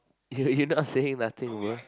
you you not saying nothing bro